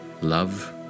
love